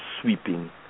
sweeping